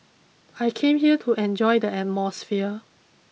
I came here to enjoy the atmosphere